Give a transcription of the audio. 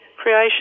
creation